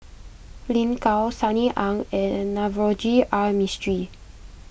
Lin Gao Sunny Ang and Navroji R Mistri